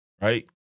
right